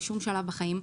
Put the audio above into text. בשום שלב בחיים,